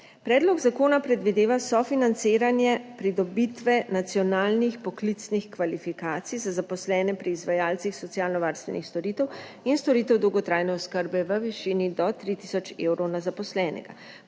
Predlog zakona predvideva sofinanciranje pridobitve nacionalnih poklicnih kvalifikacij za zaposlene pri izvajalcih socialnovarstvenih storitev in storitev dolgotrajne oskrbe v višini do 3 tisoč evrov na zaposlenega.